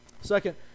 Second